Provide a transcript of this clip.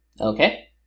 Okay